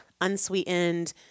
unsweetened